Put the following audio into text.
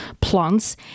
plants